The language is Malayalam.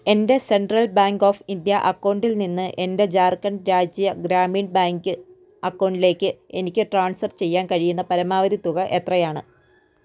എൻ്റെ സെൻട്രൽ ബാങ്ക് ഓഫ് ഇന്ത്യ അക്കൗണ്ടിൽ നിന്ന് എൻ്റെ ജാർഖണ്ഡ് രാജ്യ ഗ്രാമീൺ ബാങ്ക് അക്കൗണ്ടിലേക്ക് എനിക്ക് ട്രാൻസ്ഫർ ചെയ്യാൻ കഴിയുന്ന പരമാവധി തുക എത്രയാണ്